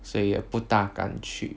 所以也不大敢去